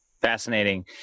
Fascinating